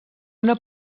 una